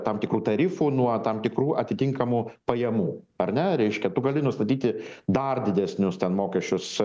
tam tikrų tarifų nuo tam tikrų atitinkamų pajamų ar ne reiškia tu gali nustatyti dar didesnius mokesčius